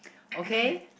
okay